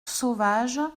sauvage